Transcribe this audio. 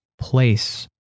place